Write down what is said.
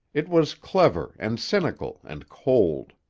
it was clever and cynical and cold.